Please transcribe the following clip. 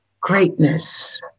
greatness